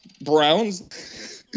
Browns